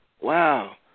wow